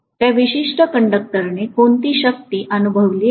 त्या विशिष्ट कंडक्टरने कोणती शक्ती अनुभवली आहे